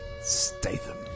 Statham